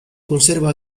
conserva